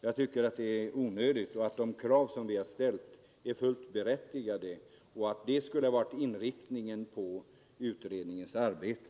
Jag tycker att det är onödigt. De krav som vi har ställt är fullt berättigade, och detta borde ha bestämt inriktningen av utredningens arbete.